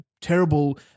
terrible